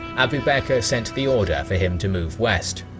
abu bakr sent the order for him to move west.